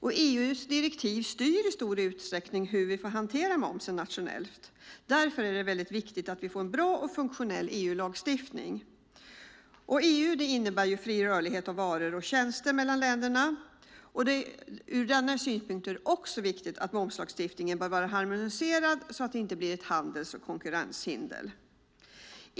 EU:s direktiv styr i stor utsträckning hur vi får hantera momsen nationellt. Därför är det viktigt att vi får en bra och funktionell EU-lagstiftning. EU innebär fri rörlighet för varor och tjänster mellan länderna. Det är också ur denna synvinkel viktigt att momslagstiftningen är harmoniserad så att den inte blir ett handels och konkurrenshinder.